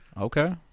Okay